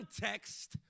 context